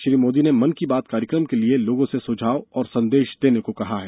श्री मोदी ने मन की बात कार्यक्रम के लिए लोगों से सुझाव और संदेश देने को कहा है